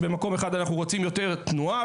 ובמקום אחד אנחנו רוצים יותר תנועה,